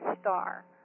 star